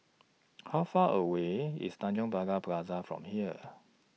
How Far away IS Tanjong Pagar Plaza from here